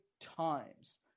times